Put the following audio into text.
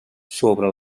sobre